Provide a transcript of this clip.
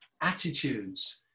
attitudes